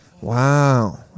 Wow